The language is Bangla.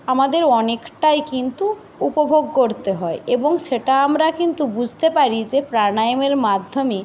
আমাদের অনেকটাই কিন্তু উপভোগ করতে হয় এবং সেটা আমরা কিন্তু বুঝতে পারি যে প্রাণায়ামের মাধ্যমে